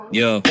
yo